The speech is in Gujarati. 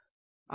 વિદ્યાર્થી